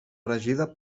regida